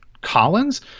Collins